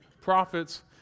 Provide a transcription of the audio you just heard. prophets